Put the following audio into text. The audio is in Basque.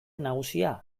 nagusia